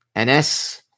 NS